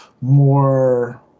more